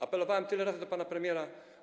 Apelowałem tyle razy, też do pana premiera.